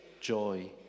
joy